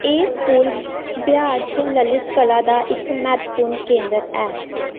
एह् स्कूल बिहार च ललित कला दा इक म्हत्तवपूर्ण केंद्र ऐ